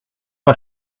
pas